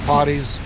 Parties